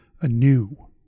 anew